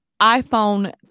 iphone